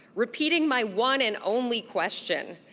repeating my one and only question,